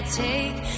take